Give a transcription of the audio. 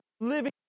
living